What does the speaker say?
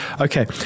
Okay